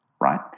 right